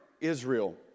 Israel